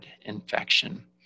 infection